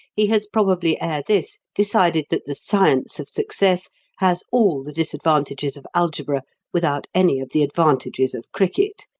he has probably ere this decided that the science of success has all the disadvantages of algebra without any of the advantages of cricket,